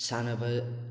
ꯁꯥꯟꯅꯕ